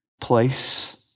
place